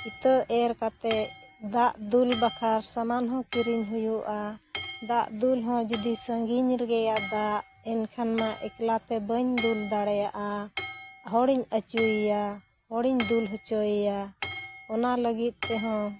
ᱤᱛᱟᱹ ᱮᱨ ᱠᱟᱛᱮᱫ ᱫᱟᱜ ᱫᱩᱞ ᱵᱟᱠᱷᱟᱨᱟ ᱥᱟᱢᱟᱱ ᱦᱚᱸ ᱠᱤᱨᱤᱧ ᱦᱩᱭᱩᱜᱼᱟ ᱫᱟᱜ ᱫᱩᱞ ᱦᱚᱸ ᱡᱩᱫᱤ ᱥᱟᱺᱜᱤᱧ ᱜᱮᱭᱟ ᱫᱟᱜ ᱮᱱᱠᱷᱟᱱ ᱢᱟ ᱮᱠᱞᱟ ᱛᱮ ᱵᱟᱹᱧ ᱫᱩᱞ ᱫᱟᱲᱮᱭᱟᱜᱼᱟ ᱦᱚᱲᱤᱧ ᱟᱪᱩᱭᱮᱭᱟ ᱦᱚᱲᱤᱧ ᱫᱩᱞ ᱦᱚᱪᱚᱭᱮᱭᱟ ᱚᱱᱟ ᱞᱟᱹᱜᱤᱫ ᱛᱮᱦᱚᱸ